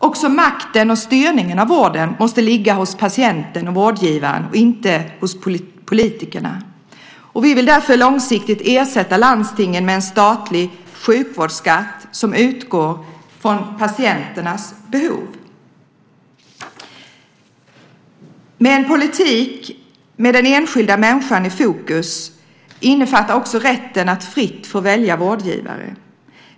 Också makten över och styrningen av vården måste ligga hos patienten och vårdgivaren, inte hos politikerna. Vi vill därför långsiktigt ersätta landstingen med en statlig sjukvårdsskatt som utgår från patienternas behov. En politik med den enskilda människan i fokus innefattar också rätten att fritt välja vårdgivare.